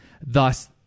Thus